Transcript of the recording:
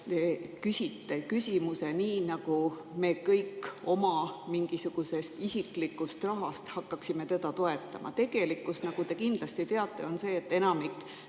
esitasite küsimuse nii, nagu me kõik oma mingisugusest isiklikust rahast hakkaksime teda toetama. Tegelikkus, nagu te kindlasti teate, on see, et enamik